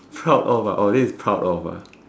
proud of ah orh this is proud of ah